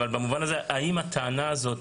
אבל במובן הזה האם הטענה הזאת